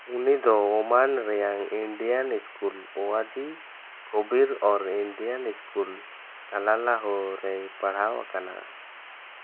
ᱩᱱᱤ ᱫᱚ ᱳᱢᱟᱱ ᱨᱮᱭᱟᱝ ᱤᱱᱰᱤᱭᱟᱱ ᱤᱥᱠᱩᱞ ᱳᱣᱟᱫᱤ ᱠᱚᱵᱤᱨ ᱟᱨ ᱤᱱᱰᱤᱭᱟᱱ ᱤᱥᱠᱩᱞ ᱥᱟᱞᱟᱞᱟᱦᱳ ᱨᱮᱭ ᱯᱟᱲᱦᱟᱣ ᱟᱠᱟᱱᱟ